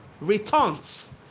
returns